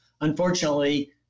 Unfortunately